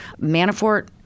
Manafort